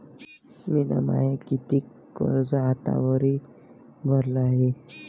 मिन माय कितीक कर्ज आतावरी भरलं हाय?